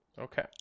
Okay